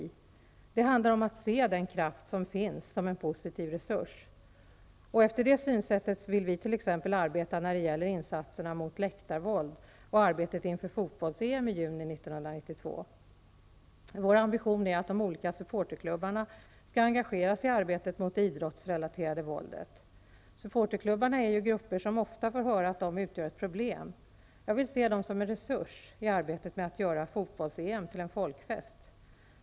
Det handlar om att se den kraft som finns som en positiv resurs. Efter detta synsätt vill vill t.ex. arbeta när det gäller insatserna mot läktarvåld och arbetet inför fotbolls Vår ambition är att de olika supporterklubbarna skall engageras i arbetet mot det idrottsrelaterade våldet. Supporterklubbarna är grupper som ofta får höra att de utgör ett problem. Jag vill se dem som en resurs i arbetet med att göra fotbolls-EM till en folkfest.